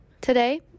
Today